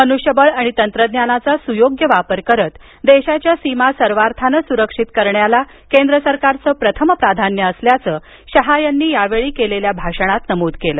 मनुष्यबळ आणि तंत्रज्ञानाचा सुयोग्य वापर करीत देशाच्या सीमा सर्वार्थानं सुरक्षित करण्याला केंद्र सरकारचं प्रथम प्राधान्य असल्याचं शहा यांनी यावेळी केलेल्या भाषणात नमूद केलं